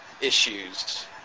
issues